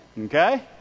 Okay